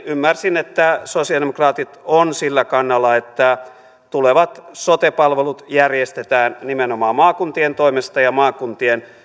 ymmärsin että sosialidemokraatit ovat sillä kannalla että tulevat sote palvelut järjestetään nimenomaan maakuntien toimesta ja maakuntien